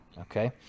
okay